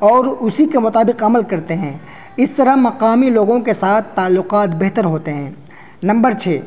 اور اسی کے مطابق عمل کرتے ہیں اس طرح مقامی لوگوں کے ساتھ تعلقات بہتر ہوتے ہیں نمبر چھ